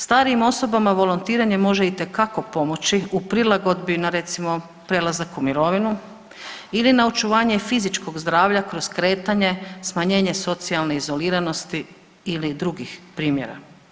Starijim osobama volontiranje može itekako pomoći u prilagodbi na recimo prelazak u mirovinu ili na očuvanje fizičkog zdravlja kroz kretanje, smanjenje socijalne izoliranosti ili drugih primjera.